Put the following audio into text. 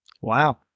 Wow